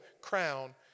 crown